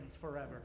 forever